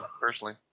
personally